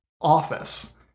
office